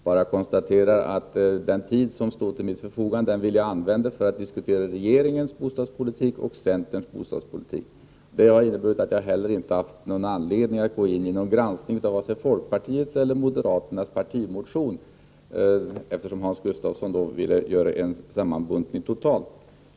Herr talman! Jag bara konstaterar att jag ville använda den tid som står till mitt förfogande för att diskutera regeringens bostadspolitik och centerns bostadspolitik. Det har inneburit att jag inte haft någon anledning att gå in på någon granskning av vare sig folkpartiets eller moderaternas partimotion — Hans Gustafsson ville göra en sammanbuntning.